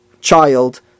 child